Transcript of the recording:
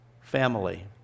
family